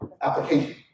application